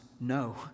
no